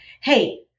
Hey